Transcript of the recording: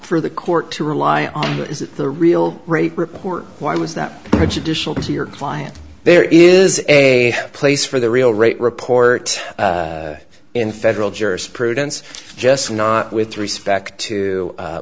for the court to rely on the real rate report why was that the judicial to your client there is a place for the real rate report in federal jurisprudence just not with respect to